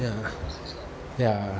ya ya